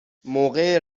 موقع